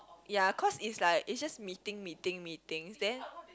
ya cause is like is just meeting meeting meeting then